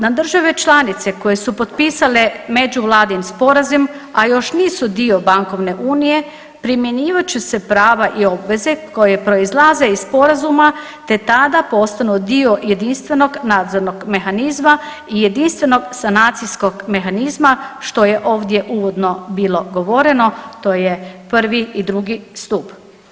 Na države članice koje su potpisale međuvladin sporazum, a još nisu dio bankovne unije primjenjivat će se prava i obveze koje proizlaze iz sporazuma te tada postanu dio jedinstvenog nadzornog mehanizma i jedinstvenog sanacijskog mehanizma što je ovdje uvodno bilo govoreno to je prvi i drugi stup.